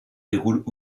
déroulent